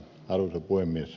arvoisa puhemies